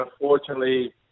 unfortunately